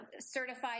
certified